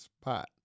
spot